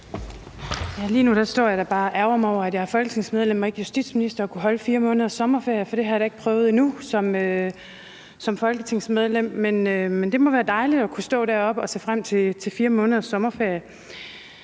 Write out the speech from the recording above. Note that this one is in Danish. Lige nu står jeg bare og ærgrer mig over, at jeg er folketingsmedlem og ikke justitsminister og kan holde 4 måneders sommerferie, for det har jeg da ikke prøvet endnu som folketingsmedlem. Men det må være dejligt at kunne stå deroppe og se frem til 4 måneders sommerferie.